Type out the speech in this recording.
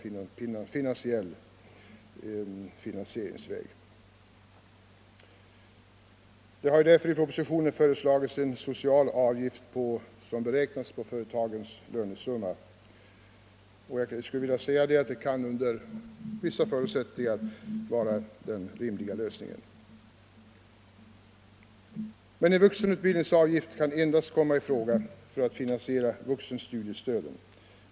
I propositionen har föreslagits en social avgift beräknad på företagens lönesumma. Detta är då — under vissa förutsättningar — en rimlig lösning. Men en vuxenutbildningsavgift kan endast komma i fråga för att finansiera vuxenstudiestöden.